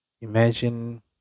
imagine